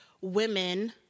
women